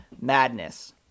Madness